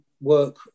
work